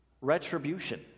Retribution